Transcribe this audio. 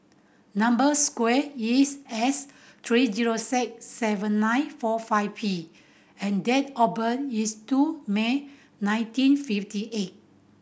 number square is S three zero six seven nine four five P and date of birth is two May nineteen fifty eight